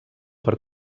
per